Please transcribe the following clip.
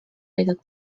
aidata